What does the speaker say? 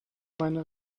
meine